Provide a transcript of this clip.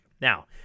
Now